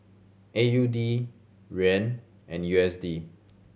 A U D Yuan and U S D